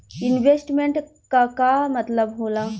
Investment क का मतलब हो ला?